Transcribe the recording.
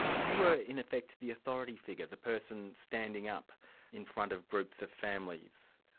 you were in effect, the authority figure, the person standing up in front of groups of families,